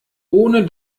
ohne